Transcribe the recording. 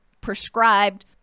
prescribed